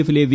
എഫിലെ വി